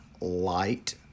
light